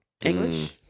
English